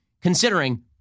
considering